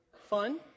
fun